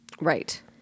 Right